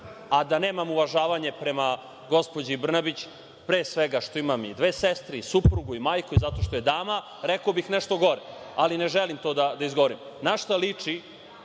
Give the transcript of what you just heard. a da nemam uvažavanje prema gospođi Brnabić, pre svega što imam i dve sestre i suprugu i majku i zašto što je dama, rekao bih nešto gore, ali ne želim to da izgovorim. Na